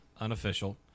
unofficial